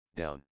down